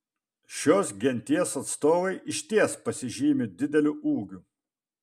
šios genties atstovai išties pasižymi dideliu ūgiu